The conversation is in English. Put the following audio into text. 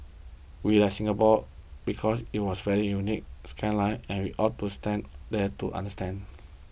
we like Singapore because it was very unique skyline and we to stand there to understand